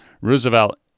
Roosevelt